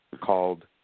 called